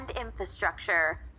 infrastructure